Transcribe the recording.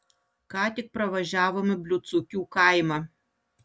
ką tik pravažiavome bliūdsukių kaimą